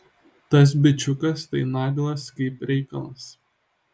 tas bičiukas tai naglas kaip reikalas